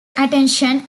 attention